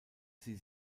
sie